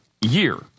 year